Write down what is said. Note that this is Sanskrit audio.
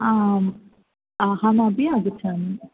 आम् अहमपि आगच्छामि